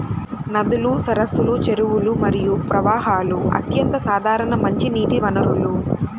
నదులు, సరస్సులు, చెరువులు మరియు ప్రవాహాలు అత్యంత సాధారణ మంచినీటి వనరులు